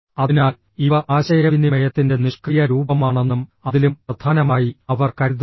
അതിനാൽ ഇവ ആശയവിനിമയത്തിന്റെ നിഷ്ക്രിയ രൂപമാണെന്നും അതിലും പ്രധാനമായി അവർ കരുതുന്നു